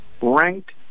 ranked